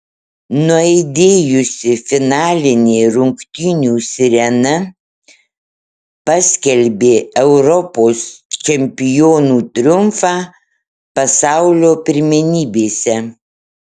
nuaidėjusi finalinė rungtynių sirena paskelbė europos čempionų triumfą pasaulio pirmenybėse